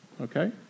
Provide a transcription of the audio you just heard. Okay